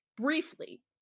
briefly